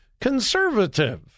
conservative